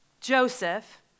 joseph